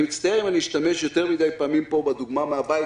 אני מצטער אם אשתמש יותר מדי פעמים פה בדוגמה מן הבית,